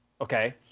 okay